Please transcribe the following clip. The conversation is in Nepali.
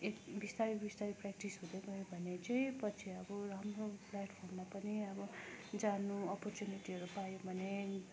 एक बिस्तारै बिस्तारै प्र्याक्टिस हुँदैगयो भने चाहिँ पछि अब राम्रो प्लेटफर्ममा पनि अब जानु अपरच्युनिटीहरू पायो भने